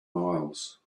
miles